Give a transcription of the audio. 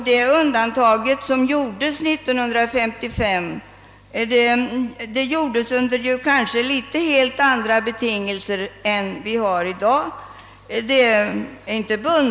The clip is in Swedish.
Det undantag som fastställdes år 1955 tillkom kanske under betingelser något annorlunda än dem vi har i dag.